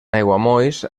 aiguamolls